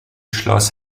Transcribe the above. schloss